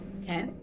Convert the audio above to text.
okay